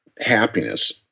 happiness